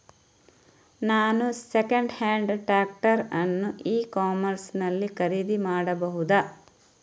ನಾನು second hand tractor ಅನ್ನು ecommerce ನಲ್ಲಿ ಖರೀದಿ ಮಾಡಬಹುದಾ?